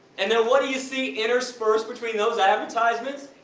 and then what do you see interspersed between those advertisements?